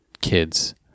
kids